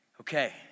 Okay